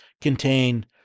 contain